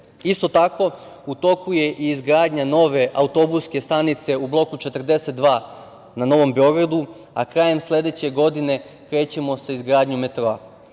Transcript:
Isto tako, u toku je izgradnja nove autobuske stanice u Bloku 42 na Novom Beogradu, a krajem sledeće godine krećemo sa izgradnjom